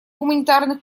гуманитарных